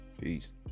Peace